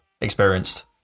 experienced